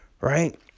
right